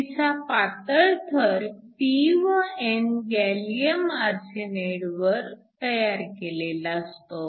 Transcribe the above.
तिचा पातळ थर p व n गॅलीअम आरसेनाइडवर तयार केलेला असतो